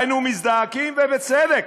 היינו מזדעקים, ובצדק.